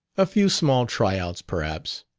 a few small try-outs, perhaps.